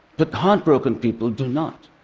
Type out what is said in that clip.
but heartbroken people do not.